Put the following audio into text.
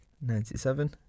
Ninety-seven